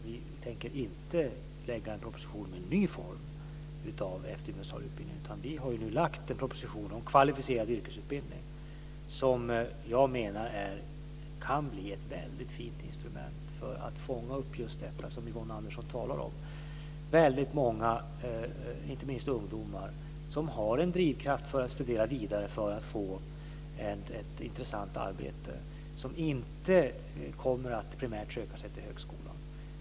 Vi tänker inte lägga fram en proposition om en ny form av eftergymnasial utbildning, utan vi har lagt fram en proposition om kvalificerad yrkesutbildning som jag menar kan bli ett väldigt fint instrument för att fånga upp just dem som Yvonne Andersson talar om, dvs. väldigt många inte minst ungdomar som har en drivkraft när det gäller att studera vidare för att få ett intressant arbete och som inte primärt kommer att söka sig till högskolan.